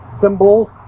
symbols